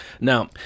Now